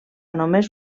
només